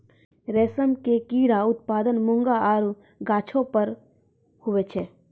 रेशम के कीड़ा उत्पादन मूंगा आरु गाछौ पर हुवै छै